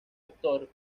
actor